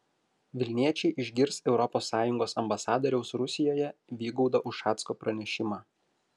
vilniečiai išgirs europos sąjungos ambasadoriaus rusijoje vygaudo ušacko pranešimą